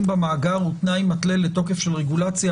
במאגר הוא תנאי מתלה לתוקף של רגולציה,